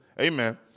Amen